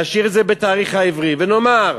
נשאיר את זה בתאריך העברי ונאמר: